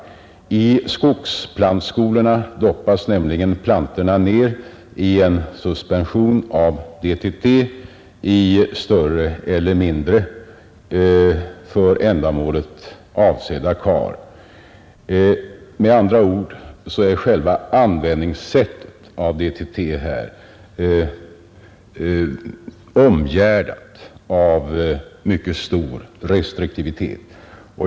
I skogsplantskolorna stoppas nämligen plantorna ned i en suspension av DDT i större eller mindre för ändamålet avsedda kar. Med andra ord är själva användningssättet av DDT i det fallet omgärdat av mycket stor restriktivitet.